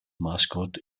mascot